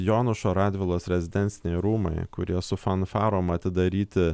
jonušo radvilos rezidenciniai rūmai kurie su fanfarom atidaryti